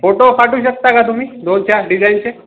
photo पाठवू शकता का तुम्ही दोन चार डिझाईनचे